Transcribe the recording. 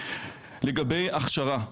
לגבי הכשרה.